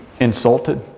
insulted